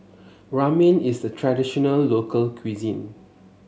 Ramen is a traditional local cuisine